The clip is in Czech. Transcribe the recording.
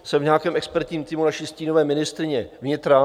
Jsem v nějakém expertním týmu naší stínové ministryně vnitra.